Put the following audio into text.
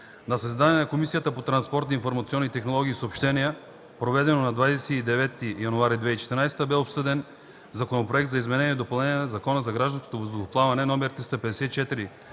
На заседание на Комисията по транспорт, информационни технологии и съобщения, проведено на 29 януари 2014 г., бе обсъден Законопроект за изменение и допълнение на Закона за гражданското въздухоплаване, №